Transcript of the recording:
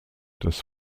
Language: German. das